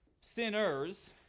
sinners